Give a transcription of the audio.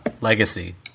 Legacy